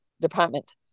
department